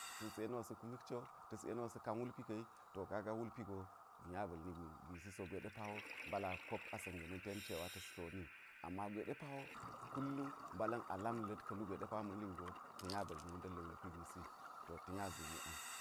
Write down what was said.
Ta̱s yeni wo sa̱ kumik cwo ta̱s yeni wsa̱ kan wulpi ka̱ wi to kaga wulpi go ta̱ nya ba̱lni gwisi so gwe ɗe pa wo mbala̱n akop asa̱n ga̱na̱n ten ɗe cewa ta̱s tlo wu ama gwe ɗe kullum a bala̱n a lam la̱t ka̱ lugwe ɗe pa ma li wugo ta̱ nya ba̱lni wunda̱l ga̱ wulpi gwisi to ta̱ nya zini ang.